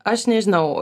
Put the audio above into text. aš nežinau